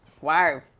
Wow